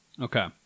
Okay